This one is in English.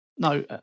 No